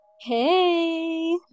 hey